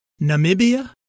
Namibia